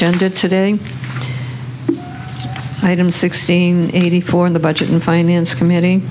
agenda today item sixteen eighty four in the budget and finance committee